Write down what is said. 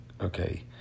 Okay